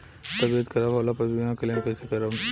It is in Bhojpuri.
तबियत खराब होला पर बीमा क्लेम कैसे करम?